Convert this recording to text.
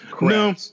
No